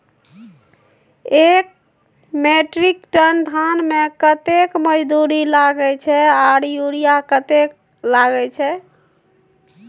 एक metric ton धान में कतेक मजदूरी लागे छै आर यूरिया कतेक लागे छै?